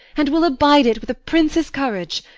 and will abide it with a prince's courage.